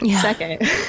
Second